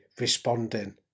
responding